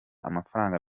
amafaranga